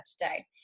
today